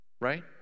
right